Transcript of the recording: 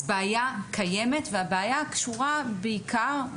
אז בעיה קיימת והבעיה קשורה בעיקר,